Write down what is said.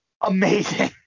amazing